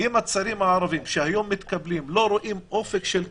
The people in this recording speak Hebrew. אם הצעירים הערבים שהיום מתקבלים לא רואים אופק של קידום,